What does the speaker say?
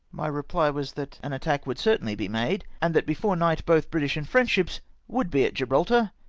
my reply was that an attack would certainly be made, and that before night both british and french ships would be at gibraltar,